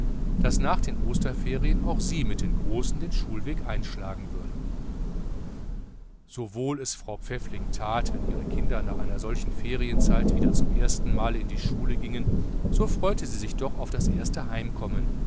daß nach den osternferien auch sie mit den großen den schulweg einschlagen würde so wohl es frau pfäffling tat wenn ihre kinder nach solcher ferienzeit wieder zum ersten male in die schule gingen so freute sie sich doch auf das erste